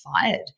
fired